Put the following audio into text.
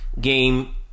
game